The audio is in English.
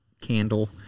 candle